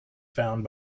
found